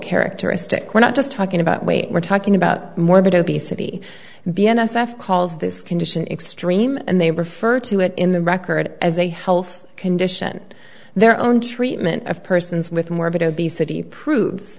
characteristic we're not just talking about weight we're talking about morbid obesity be n s f calls this condition extreme and they refer to it in the record as a health condition their own treatment of persons with morbid obesity proves